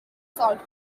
salt